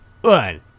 one